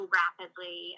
rapidly